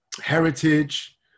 heritage